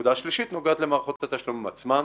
הנקודה השלישית נוגעת למערכות התשלומים עצמן.